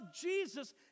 Jesus